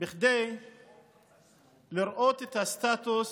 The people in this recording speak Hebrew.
בכדי לראות את הסטטוס